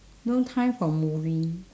no time for movie